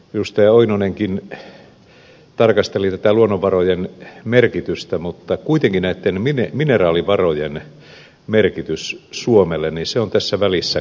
lauri oinonenkin tarkasteli luonnonvarojen merkitystä kuitenkin näitten mineraalivarojen merkitys suomelle on tässä välissä kadotettu